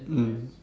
mm